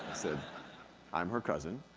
said i'm her cousin.